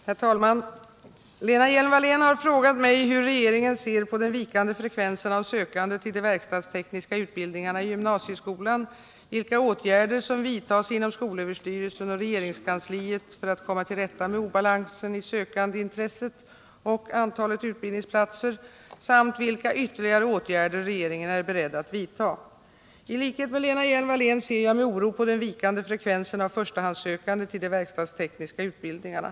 Herr talman! Lena Hjelm-Wallén har frågat mig hur regeringen ser på den vikande frekvensen av sökande till de verkstadstekniska utbildningarna i gymnasieskolan, vilka åtgärder som vidtas inom skolöverstyrelsen och regeringskansliet för att komma till rätta med obalansen i sökandeintresset och antalet utbildningsplatser samt vilka ytterligare åtgärder regeringen är beredd att vidta. I likhet med Lena Hjelm-Wallén ser jag med oro på den vikande frekvensen av förstahandssökande till de verkstadstekniska utbildningarna.